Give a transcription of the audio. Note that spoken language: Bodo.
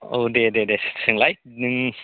औ दे दे दे सोंलाय नों